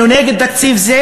אנחנו נגד תקציב זה